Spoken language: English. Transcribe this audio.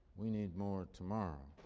we need more tomorrow.